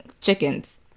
Chickens